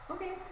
Okay